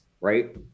right